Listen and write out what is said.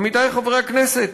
עמיתי חברי הכנסת,